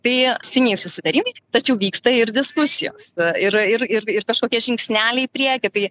tai senieji susitarimai tačiau vyksta ir diskusijos ir ir ir kažkokie žingsneliai į priekį tai